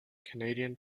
canadian